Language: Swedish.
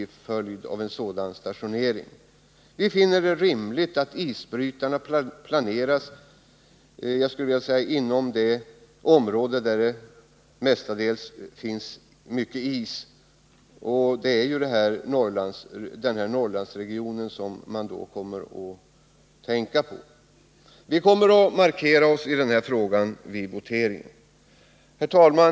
Vi finner det rimligt att isbrytarna placeras inom det egentliga arbetsområdet där issäsongen är längst, och vi kommer därför att markera vår inställning till den här frågan vid voteringen. Herr talman!